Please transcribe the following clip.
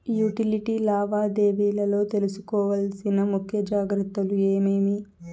Utility లావాదేవీల లో తీసుకోవాల్సిన ముఖ్య జాగ్రత్తలు ఏమేమి?